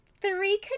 three